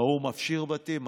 ההוא מפשיר בתים,